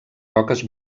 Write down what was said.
roques